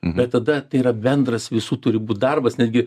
bet tada tai yra bendras visų turi būt darbas netgi